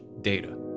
data